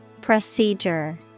Procedure